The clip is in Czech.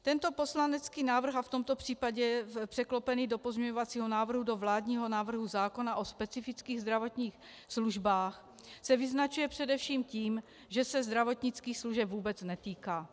Tento poslanecký návrh, a v tomto případě překlopený do pozměňovacího návrhu do vládního návrhu zákona o specifických zdravotních službách, se vyznačuje především tím, že se zdravotnických služeb vůbec netýká.